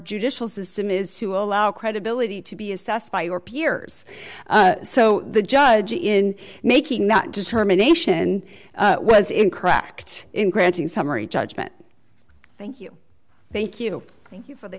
judicial system is to allow credibility to be assessed by your peers so the judge in making that determination was in cracked in granting summary judgment thank you thank you thank you for the